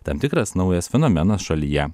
tam tikras naujas fenomenas šalyje